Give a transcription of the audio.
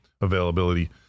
availability